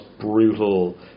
brutal